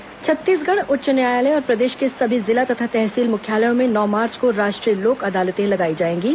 राष्ट्रीय लोक अदालत छत्तीसगढ़ उच्च न्यायालय और प्रदेश के सभी जिला तथा तहसील मुख्यालयों में नौ मार्च को राष्ट्रीय लोक अदालतें लगाई जाएंगी